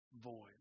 Void